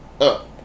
up